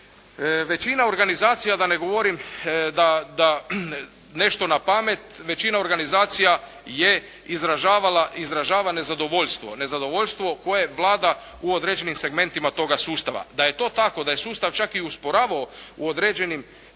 Većina organizacija da ne govorim nešto na pamet, većina organizacija je izražavala i izražava nezadovoljstvo. Nezadovoljstvo koje vlada u određenim segmentima toga sustava. Da je to tako, da je sustav čak i usporavao u određenim